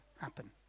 happen